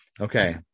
Okay